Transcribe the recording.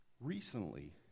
Recently